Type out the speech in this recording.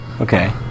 Okay